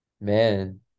Man